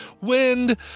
wind